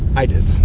i did